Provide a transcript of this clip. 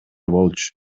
болчу